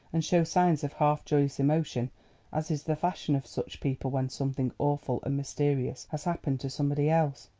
and show signs of half-joyous emotion as is the fashion of such people when something awful and mysterious has happened to somebody else.